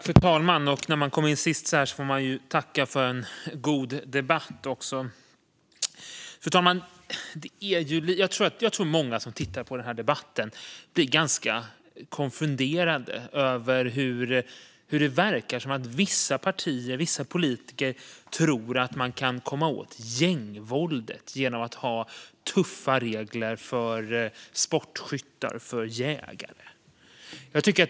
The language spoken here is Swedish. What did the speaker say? Fru talman! När man kommer in sist i debatten får man tacka för en god debatt. Fru talman! Jag tror att många som tittar på den här debatten blir ganska konfunderade. Det verkar som att vissa politiker från vissa partier tror att man kan komma åt gängvåldet genom att ha tuffa regler för sportskyttar och jägare.